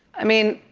i mean,